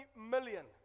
million